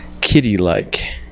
kitty-like